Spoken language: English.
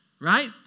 right